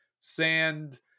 sand